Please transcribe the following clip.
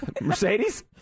Mercedes